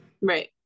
Right